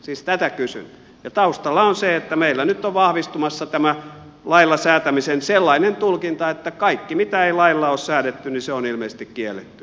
siis tätä kysyn ja taustalla on se että meillä nyt on vahvistumassa tämä lailla säätämisen sellainen tulkinta että kaikki mitä ei lailla ole säädetty on ilmeisesti kielletty